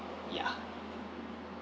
yeah